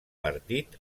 partit